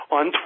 on